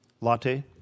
Latte